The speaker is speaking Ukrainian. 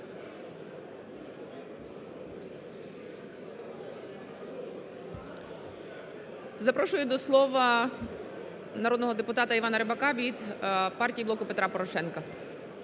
Запрошую до слова народного депутата Івана Рибака від партії "Блоку Петра Порошенка".